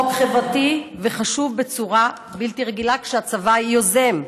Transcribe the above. זה חוק חברתי וחשוב בצורה בלתי רגילה, שהצבא יזם.